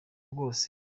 bwose